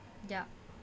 yup